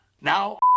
Now